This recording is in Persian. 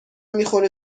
میخوره